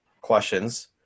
questions